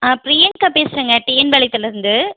நான் பிரியங்கா பேசுகிறேங்க டிஎன் பாளையத்துலேருந்து